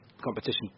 competition